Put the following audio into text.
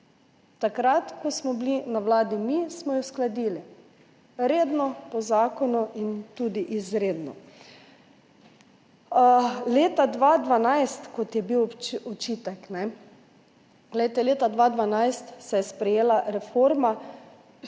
Takrat, ko smo bili na vladi mi, smo jih uskladili, redno po zakonu in tudi izredno. Leta 2012, kot je bil očitek, leta 2012 se je sprejela reforma,